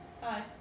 Hi